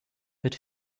but